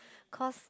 cause